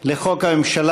9(א)(8) לחוק הממשלה,